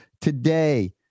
today